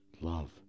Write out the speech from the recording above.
Love